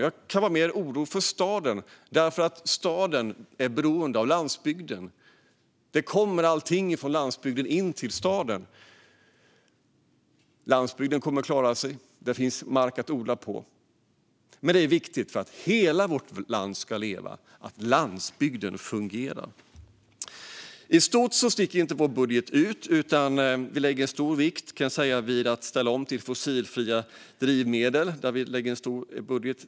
Jag kan vara mer orolig för staden. Staden är beroende av landsbygden. Allting kommer från landsbygden in till staden. Landsbygden kommer att klara sig. Där finns mark att odla på. Men att landsbygden fungerar är viktigt för att hela vårt land ska leva. I stort sticker vår budget inte ut. Vi lägger stor vikt vid att ställa om till fossilfria drivmedel. Det är en stor del i vår budget.